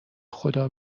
خدا